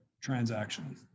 transaction